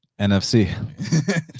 NFC